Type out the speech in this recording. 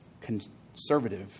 conservative